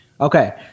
Okay